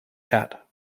cat